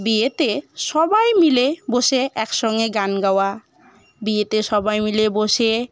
বিয়েতে সবাই মিলে বসে একসঙ্গে গান গাওয়া বিয়েতে সবাই মিলে বসে